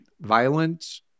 violence